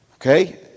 Okay